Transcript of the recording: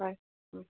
হয়